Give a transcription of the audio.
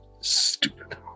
Stupid